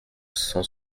cent